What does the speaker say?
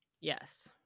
yes